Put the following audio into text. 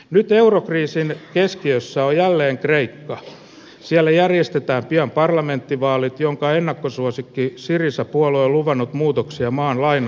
nyt eurokriisin keskiössä on jälleen kreikka ei siellä järjestetään pian parlamenttivaalit jonka ennakkosuosikki asserissa puola on luvannut muutoksia maan lain